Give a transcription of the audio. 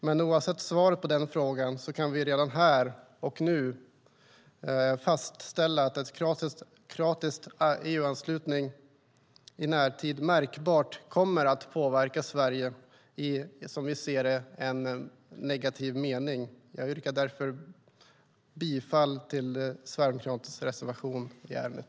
Men oavsett svaret på frågan kan vi redan här och nu fastställa att en kroatisk EU-anslutning i närtid märkbart kommer att påverka Sverige i, som vi ser det, negativ mening. Jag yrkar därför bifall till Sverigedemokraternas reservation i ärendet.